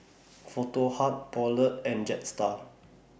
Foto Hub Poulet and Jetstar